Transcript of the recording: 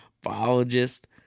biologist